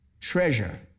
treasure